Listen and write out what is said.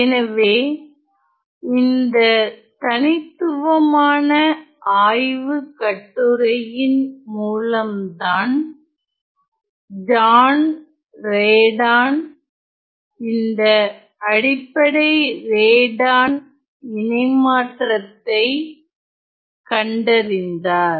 எனவே இந்த தனித்துவமான ஆய்வுகட்டுரையின் மூலம் தான் ஜான் ரேடான் இந்த அடிப்படை ரேடான் இணைமாற்றத்தை கண்டறிந்தார்